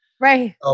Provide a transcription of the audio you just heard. Right